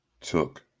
took